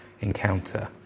encounter